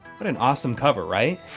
what an awesome cover, right?